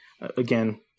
Again